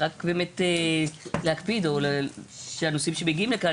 אולי באמת להקפיד או שהנושאים שמגיעים לכאן